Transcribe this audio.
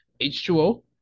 H2O